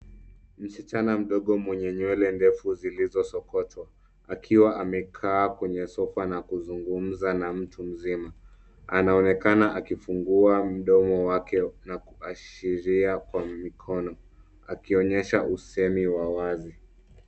Msichana mdogo mwenye nywele ndefu zilizosokotwa akiwa amekaa kwenye sofa na kuzungumza na mtu mzima. Anaoeneka akifungua mdomo wake na kuashiria kwa mikono akionyesha usemi wa wazi.